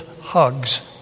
hugs